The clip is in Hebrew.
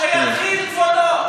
שיתחיל כבודו.